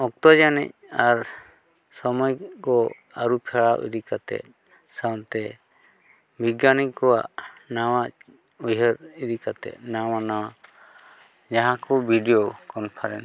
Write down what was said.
ᱚᱠᱛᱚ ᱡᱟᱹᱢᱤᱡ ᱟᱨ ᱥᱚᱢᱚᱭ ᱠᱚ ᱟᱹᱨᱩ ᱯᱷᱮᱨᱟᱣ ᱤᱫᱤ ᱠᱟᱛᱮᱫ ᱥᱟᱶᱛᱮ ᱵᱤᱜᱽᱜᱟᱱᱤ ᱠᱚᱣᱟᱜ ᱱᱟᱣᱟ ᱩᱭᱦᱟᱹᱨ ᱤᱫᱤ ᱠᱟᱛᱮᱫ ᱱᱟᱣᱟ ᱱᱟᱣᱟ ᱡᱟᱦᱟᱸ ᱠᱚ ᱵᱷᱤᱰᱤᱭᱳ ᱠᱚᱱᱯᱷᱟᱨᱮᱱᱥ